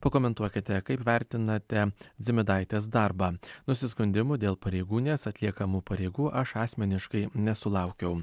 pakomentuokite kaip vertinate dzimidaitės darbą nusiskundimų dėl pareigūnės atliekamų pareigų aš asmeniškai nesulaukiau